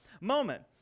moment